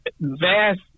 vast